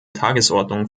tagesordnung